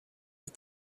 die